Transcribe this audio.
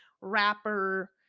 rapper